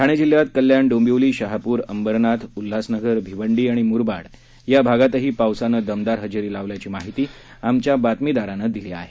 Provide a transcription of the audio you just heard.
ठाणे जिल्ह्यात कल्याण डोंबिवली शहाप्र अंबरनाथ उल्हासनगर भिवंडी आणि मुरबाड या भागातही पावसाने दमदार हजेरी लावल्याची माहिती आमच्या बातमीदारानं दिली आहे